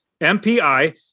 MPI